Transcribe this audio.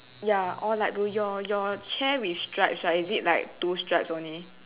ya all light blue your your chair with stripe right is it like two stripes only